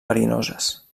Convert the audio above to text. verinoses